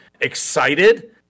excited